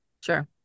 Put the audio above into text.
sure